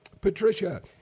Patricia